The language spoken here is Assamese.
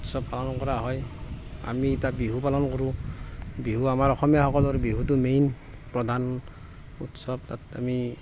উৎচৱ পালন কৰা হয় আমি তাত বিহু পালন কৰোঁ বিহু আমাৰ অসমীয়াসকলৰ বিহুটো মেইন প্ৰধান উৎসৱ তাত আমি